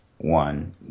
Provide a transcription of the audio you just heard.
One